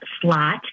slot